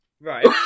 Right